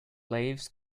leaves